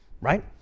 right